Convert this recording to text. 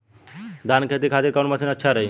धान के खेती के खातिर कवन मशीन अच्छा रही?